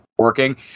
working